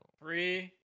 three